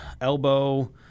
elbow